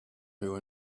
who